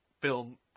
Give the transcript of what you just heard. film